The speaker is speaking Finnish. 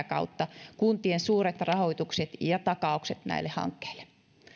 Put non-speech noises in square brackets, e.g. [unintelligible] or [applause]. [unintelligible] kautta kuntien suuret rahoitukset ja takaukset näille hankkeille